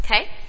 okay